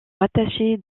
rattaché